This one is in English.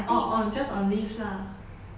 oh oh just on leave lah